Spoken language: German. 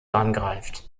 angreift